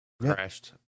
crashed